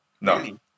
no